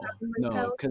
No